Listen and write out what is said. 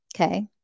Okay